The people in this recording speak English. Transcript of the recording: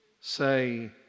say